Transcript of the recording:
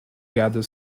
gather